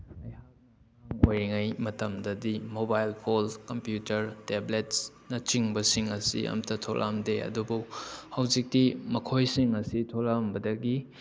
ꯑꯩꯍꯥꯛꯅ ꯑꯉꯥꯡ ꯑꯣꯏꯔꯤꯉꯩ ꯃꯇꯝꯗꯗꯤ ꯃꯣꯕꯥꯏꯜ ꯐꯣꯟ ꯀꯝꯄ꯭ꯌꯨꯇꯔ ꯇꯦꯕ꯭ꯂꯦꯠꯁ ꯅ ꯆꯤꯡꯕꯁꯤꯡ ꯑꯁꯤ ꯑꯃꯠꯇ ꯊꯣꯛꯂꯛꯂꯝꯗꯦ ꯑꯗꯨꯕꯨ ꯍꯧꯖꯤꯛꯇꯤ ꯃꯈꯣꯏꯁꯤꯡ ꯑꯁꯤ ꯊꯣꯛꯂꯛꯂꯝꯕꯗꯒꯤ